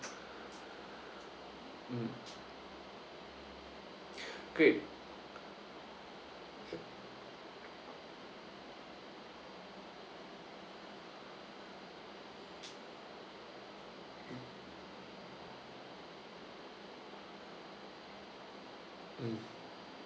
mm great